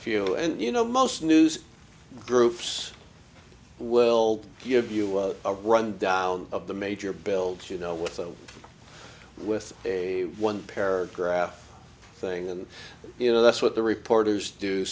few and you know most news groups will give you a rundown of the major builds you know with a with a one paragraph thing and you know that's what the reporters do